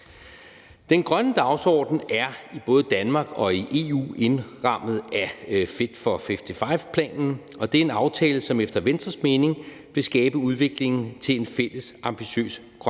Den grønne dagsorden er i både Danmark og EU indrammet af Fit for 55-planen, og det er en aftale, som efter Venstres mening vil skabe udvikling af en fælles ambitiøs grøn